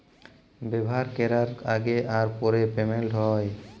ব্যাভার ক্যরার আগে আর পরে পেমেল্ট হ্যয়